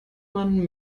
man